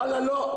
וואלה לא,